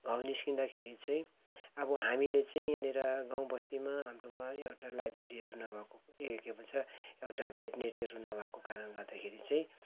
घाउ निस्किँदाखेरि चाहिँ अब हामीले चाहिँ यहाँनिर गाउँ बस्तीमा हाम्रोमा एउटा लाइब्रेरीहरू नभएको ए के भन्छ एउटा भेटनेरीहरू नभएको कारणले गर्दाखेरि चाहिँ